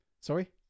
sorry